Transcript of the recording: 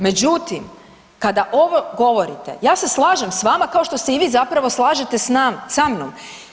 Međutim, kada ovo govorite ja se slažem sa vama kao što se i vi zapravo slažete sa mnom.